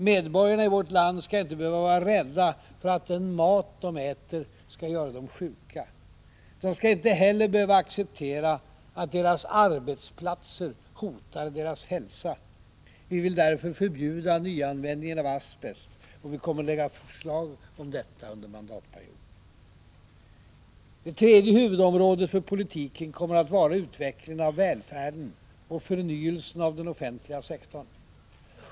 Medborgarna i vårt land skall inte behöva vara rädda för att den mat de äter skall göra dem sjuka. De skall inte heller behöva acceptera att deras arbetsplatser hotar deras hälsa. Vi vill därför förbjuda nyanvändningen av asbest, och vi kommer att lägga fram förslag om detta under mandatperioden. Det tredje huvudområdet för politiken kommer att vara utvecklingen av välfärden och förnyelsen av den offentliga sektorn.